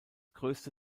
größte